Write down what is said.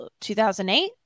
2008